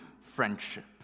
friendship